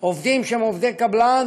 עובדים שהם עובדי קבלן